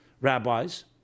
rabbis